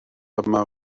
yma